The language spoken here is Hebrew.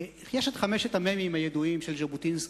יש חמשת המ"מים הידועים של ז'בוטינסקי.